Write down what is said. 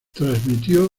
transmitió